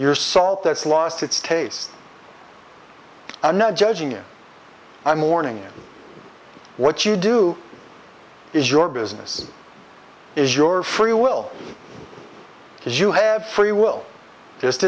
your salt that's lost its taste i'm not judging you i'm mourning what you do is your business is your free will because you have free will